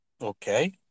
Okay